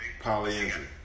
Polyandry